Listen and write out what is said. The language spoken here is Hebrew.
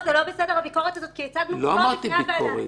אסביר.